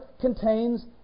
contains